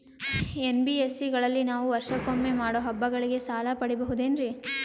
NBSC ಗಳಲ್ಲಿ ನಾವು ವರ್ಷಕೊಮ್ಮೆ ಮಾಡೋ ಹಬ್ಬಗಳಿಗೆ ಸಾಲ ಪಡೆಯಬಹುದೇನ್ರಿ?